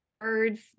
birds